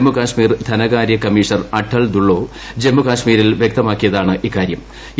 ജമ്മുകാശ്മീർ ധനകാര്യ കമ്മീഷണർ അട്ടൽ ദുളേളാ ജമ്മുകാശ്മീരിൽ വ്യക്തമാക്കിയതാണ് ഇക്കാരൃം